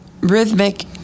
rhythmic